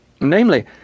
namely